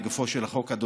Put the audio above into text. לגופו של החוק,